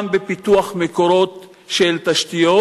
גם בפיתוח מקורות של תשתיות,